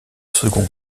second